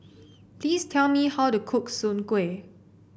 please tell me how to cook Soon Kuih